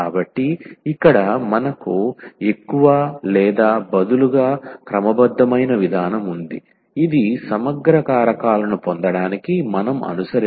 కాబట్టి ఇక్కడ మనకు ఎక్కువ లేదా బదులుగా క్రమబద్ధమైన విధానం ఉంది ఇది సమగ్ర కారకాలను పొందడానికి మనం అనుసరించవచ్చు